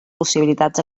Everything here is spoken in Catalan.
possibilitats